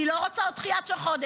אני לא רוצה עוד דחייה של חודש.